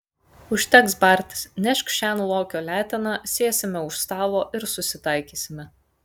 užteks bartis nešk šen lokio leteną sėsime už stalo ir susitaikysime